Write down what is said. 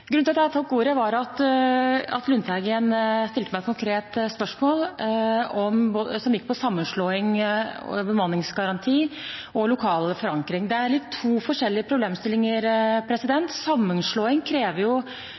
Grunnen til at jeg tok ordet, var at Lundteigen stilte meg et konkret spørsmål som gikk på sammenslåing, bemanningsgaranti og lokal forankring. Det er to forskjellige problemstillinger. Sammenslåing krever